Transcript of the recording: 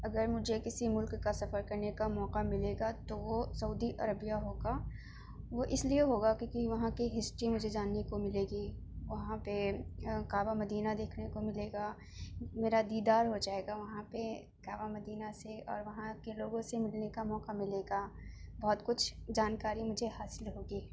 اگر مجھے کسی ملک کا سفر کرنے کا موقع ملے گا تو وہ سعودی عربیہ ہوگا وہ اس لیے ہوگا کیونکہ وہاں کی ہسٹری مجھے جاننے کو ملے گی وہاں پہ کعبہ مدینہ دیکھنے کو ملے گا میرا دیدار ہو جائے گا وہاں پہ کعبہ مدینہ سے اور وہاں کے لوگوں سے ملنے کا موقعہ ملے گا بہت کچھ جانکاری مجھے حاصل ہوگی